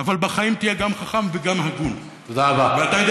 אבל בחיים תהיה גם חכם וגם הגון, ראיתי אותך.